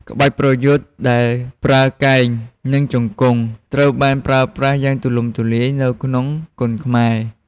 ក្បាច់ប្រយុទ្ធដែលប្រើកែង និងជង្គង់ ត្រូវបានប្រើប្រាស់យ៉ាងទូលំទូលាយនៅក្នុងគុនខ្មែរ។